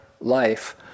life